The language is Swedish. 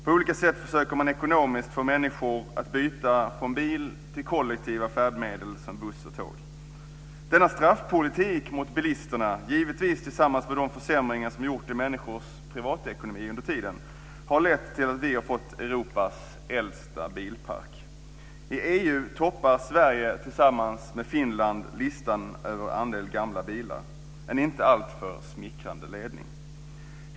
På olika sätt försöker man ekonomiskt få människor att byta från bil till kollektiva färdmedel som buss och tåg. Denna straffpolitik mot bilisterna, givetvis tillsammans med de försämringar som gjorts i människors privatekonomi under tiden, har lett till att vi har fått Europas äldsta bilpark. I EU toppar Sverige tillsammans med Finland listan över andel gamla bilar - en inte alltför smickrande ledning.